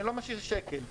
אני לא משאיר שקל.